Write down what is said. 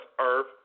earth